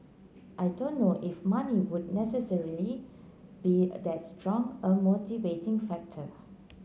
I don't know if money would necessarily be that strong a motivating factor